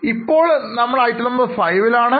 എന്നാൽ ഇപ്പോൾ നമ്മൾ ഐറ്റം നമ്പർ V വിൽആണ്